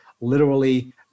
literally-